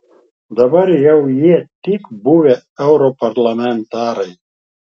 dabar jau jie tik buvę europarlamentarai